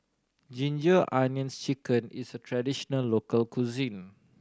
Ginger Onions Chicken is a traditional local cuisine